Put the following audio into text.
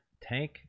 tank